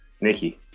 Nikki